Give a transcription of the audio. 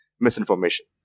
misinformation